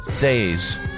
days